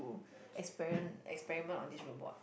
experiment experiment on this robot